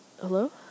hello